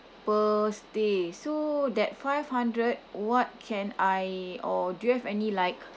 per stay so that five hundred what can I or do you have any like